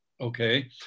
Okay